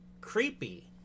creepy